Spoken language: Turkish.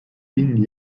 bin